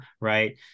Right